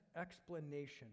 explanation